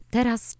Teraz